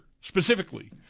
specifically